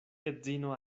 edzino